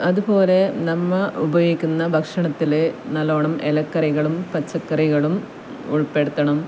അതുപോലെ നമ്മൾ ഉപയോഗിക്കുന്ന ഭക്ഷണത്തിൽ നല്ലോണം ഇലക്കറികളും പച്ചക്കറികളും ഉൾപ്പെടുത്തണം